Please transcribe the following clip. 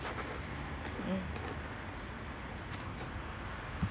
mm